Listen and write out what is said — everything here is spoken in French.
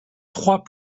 trois